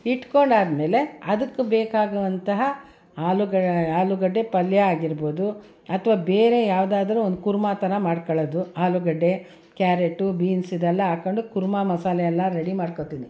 ಇಟ್ಕೊಂಡಾದ್ಮೇಲೆ ಅದಕ್ಕೆ ಬೇಕಾಗುವಂತಹ ಆಲೂಗ ಆಲೂಗಡ್ಡೆ ಪಲ್ಯ ಆಗಿರ್ಬೋದು ಅಥವಾ ಬೇರೆ ಯಾವುದಾದ್ರೂ ಒಂದು ಕುರ್ಮ ಥರ ಮಾಡ್ಕೊಳ್ಳೋದು ಆಲೂಗಡ್ಡೆ ಕ್ಯಾರೆಟು ಬೀನ್ಸ್ ಇದೆಲ್ಲ ಹಾಕೊಂಡು ಕುರ್ಮ ಮಸಾಲೆಯೆಲ್ಲ ರೆಡಿ ಮಾಡ್ಕೊಳ್ತೀನಿ